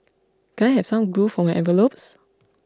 can I have some glue for my envelopes